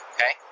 Okay